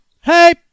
hey